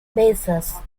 bases